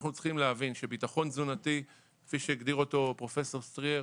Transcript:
אנחנו צריכים להבין שביטחון תזונתי כפי שהגדיר אותו פרופ' סטריאר,